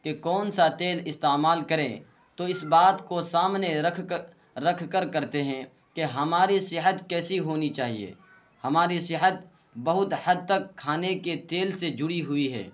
کہ کون سا تیل استعمال کریں تو اس بات کو سامنے رکھ رکھ کر کرتے ہیں کہ ہماری صحت کیسی ہونی چاہیے ہماری صحت بہت حد تک کھانے کے تیل سے جڑی ہوئی ہے